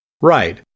Right